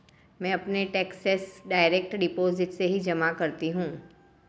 मैं अपने taxes direct deposit से ही जमा करती हूँ